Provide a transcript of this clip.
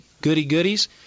goody-goodies